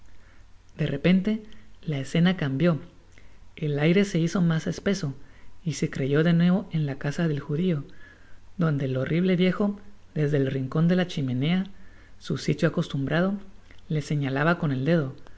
de repente la escena cambió el aire se hizo mas espeso y se creyó de nuevo en la casa del judio donde el horrible viejo desde el rincon de la chimenea su sitio acostumbrado le señalaba con el dedo